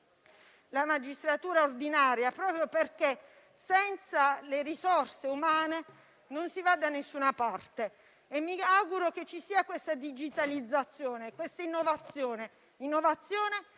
la magistratura ordinaria, proprio perché senza le risorse umane non si va da nessuna parte. Mi auguro che ci siano la digitalizzazione e l'innovazione attese,